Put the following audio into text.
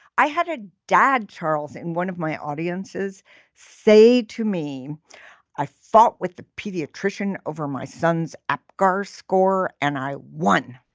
i had a dad charles in one of my audiences say to me i fought with the pediatrician over my son's apgar score and i won